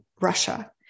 Russia